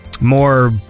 more